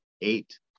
eight